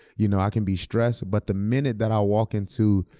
you know i can be stressed, but the minute that i walk into,